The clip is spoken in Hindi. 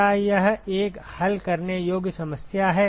क्या यह एक हल करने योग्य समस्या है